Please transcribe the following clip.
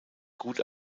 gut